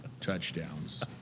touchdowns